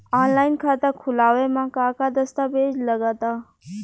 Online खाता खूलावे म का का दस्तावेज लगा ता?